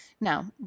Now